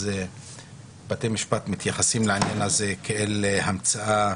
בתי המשפט מתייחסים לעניין הזה כאל המצאה